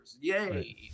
Yay